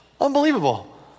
unbelievable